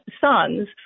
sons